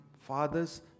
Fathers